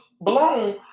blown